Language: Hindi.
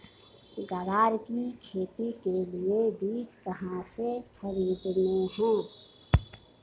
ग्वार की खेती के लिए बीज कहाँ से खरीदने हैं?